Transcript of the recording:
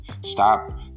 Stop